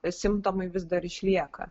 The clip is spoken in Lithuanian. simptomai vis dar išlieka